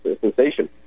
sensation